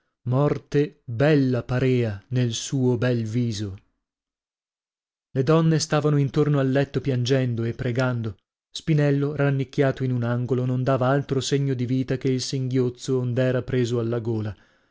morte bella parea nel suo bel viso le donne stavano intorno al letto piangendo e pregando spinello rannicchiato in un angolo non dava altro segno di vita che il singhiozzo ond'era preso alla gola